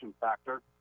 factor